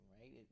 right